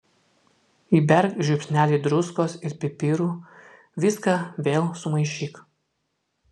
įberk žiupsnelį druskos ir pipirų viską vėl sumaišyk